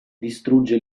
distrugge